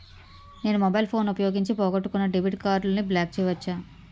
నేను mobile phone ఉపయోగించి పోగొట్టుకున్న డెబిట్ కార్డ్ని బ్లాక్ చేయవచ్చా?